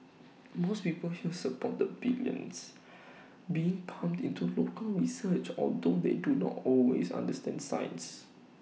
most people here support the billions being pumped into local research although they do not always understand science